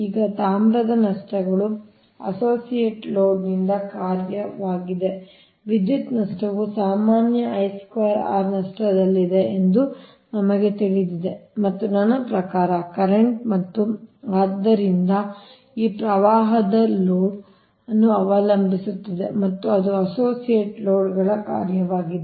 ಈಗ ತಾಮ್ರದ ನಷ್ಟಗಳು ಅಸೋಸಿಯೇಟ್ ಲೋಡ್ನ ಕಾರ್ಯವಾಗಿದೆ ವಿದ್ಯುತ್ ನಷ್ಟವು ಸಾಮಾನ್ಯ ನಷ್ಟದಲ್ಲಿದೆ ಎಂದು ನಮಗೆ ತಿಳಿದಿದೆ ಮತ್ತು ನನ್ನ ಪ್ರಕಾರ ಕರೆಂಟ್ ಮತ್ತು ಆದ್ದರಿಂದ ಆ ಪ್ರವಾಹವು ಲೋಡ್ ಅನ್ನು ಅವಲಂಬಿಸಿರುತ್ತದೆ ಮತ್ತು ಅದು ಅಸೋಸಿಯೇಟ್ ಲೋಡ್ಗಳ ಕಾರ್ಯವಾಗಿದೆ